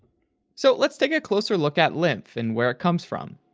so, let's take a closer look at lymph and where it comes from.